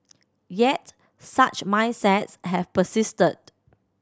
yet such mindsets have persisted